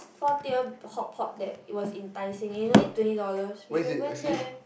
four tier hot pot that it was in Taiseng it's only twenty dollars we should have went there